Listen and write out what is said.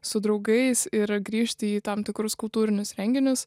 su draugais ir grįžti į tam tikrus kultūrinius renginius